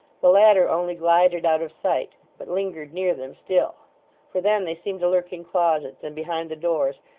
the latter only glided out of sight, but lingered near them still for then they seemed to lurk in closets and behind the doors,